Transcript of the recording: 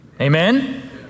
Amen